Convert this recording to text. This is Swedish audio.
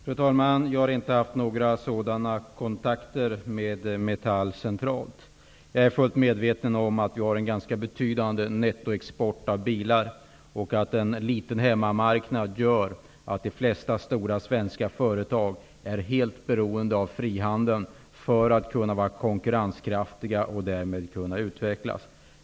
Fru talman! Jag har inte haft några sådana kontakter med Metall centralt. Jag är fullt medveten om att vi har en ganska betydande nettoexport av bilar och om att en liten hemmamarknad gör att de flesta stora svenska företag är helt beroende av frihandeln för att kunna vara konkurrenskraftiga och därmed kunna utvecklas.